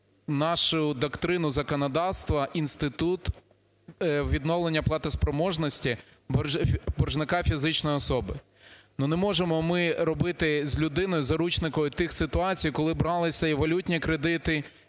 нашу доктрину законодавства інститут відновлення платоспроможності боржника фізичної особи. Не можемо ми робити з людини заручника тих ситуацій, коли бралися і валютні кредити